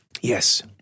Yes